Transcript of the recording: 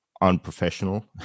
unprofessional